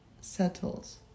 settles